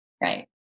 Right